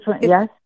yes